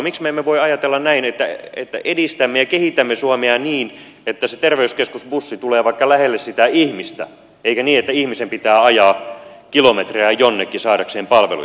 miksi me emme voi ajatella näin että edistämme ja kehitämme suomea niin että se terveyskeskusbussi tulee vaikka lähelle sitä ihmistä eikä niin että ihmisen pitää ajaa kilometrejä jonnekin saadakseen palveluja